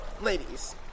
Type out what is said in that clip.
ladies